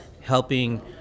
helping